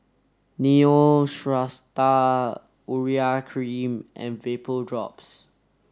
Neostrata Urea cream and Vapodrops